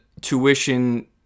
tuition